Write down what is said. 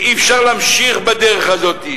שאי-אפשר להמשיך בדרך הזאת.